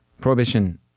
prohibition